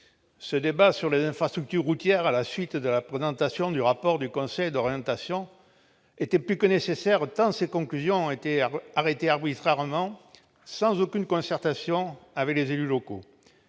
ce débat sur les infrastructures routières, à la suite de la présentation du rapport du Conseil d'orientation des infrastructures, était plus que nécessaire tant ses conclusions ont été arrêtées arbitrairement, sans aucune concertation préalable avec les élus locaux.